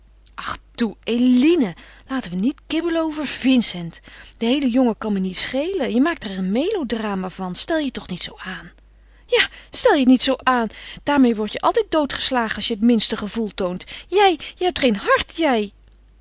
toe eline laten we niet kibbelen over vincent de heele jongen kan me niets schelen je maakt er een melodrama van stel je toch niet zoo aan ja stel je toch niet zoo aan daarmeê wordt je altijd doodgeslagen als je het minste gevoel toont jij jij hebt geen hart jij